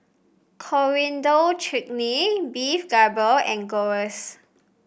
Coriander Chutney Beef Galbi and Gyros